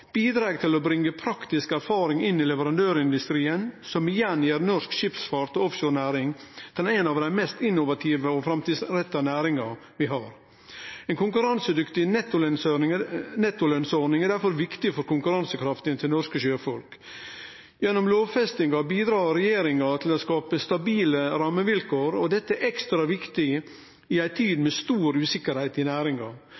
bidreg til å bringe praktisk erfaring inn i leverandørindustrien, som igjen gjer norsk skipsfart og offshorenæring til ei av dei mest innovative og framtidsretta næringane vi har. Ei konkurransedyktig nettolønsordning er difor viktig for konkurransekrafta til norske sjøfolk. Gjennom lovfestinga bidreg regjeringa til å skape stabile rammevilkår. Dette er ekstra viktig i ei tid